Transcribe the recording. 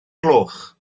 gloch